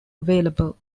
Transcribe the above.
available